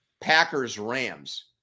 Packers-Rams